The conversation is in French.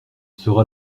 sera